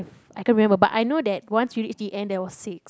ppb I couldn't remember but I know that once you reached the end there was six